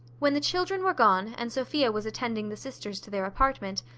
when the children were gone, and sophia was attending the sisters to their apartment,